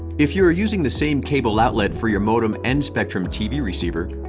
if you're using the same cable outlet for your modem and spectrum tv receiver,